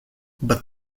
but